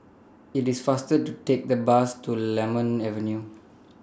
IT IS faster to Take The Bus to Lemon Avenue